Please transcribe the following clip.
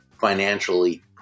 financially